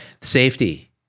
Safety